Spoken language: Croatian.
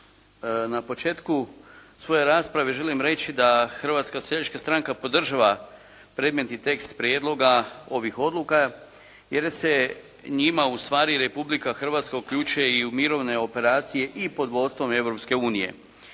Na početku svoje rasprave želim reći da Hrvatska seljačka stranka podržava predmetni tekst prijedloga ovih odluka, jer se njima ustvari Republika Hrvatska uključuje i u mirovne operacije i pod vodstvom